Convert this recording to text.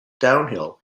downhill